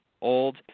old